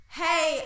hey